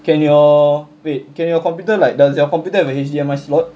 can your wait can your computer like does your computer have a H_D_M_I slot